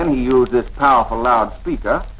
and he used this powerful loud speaker,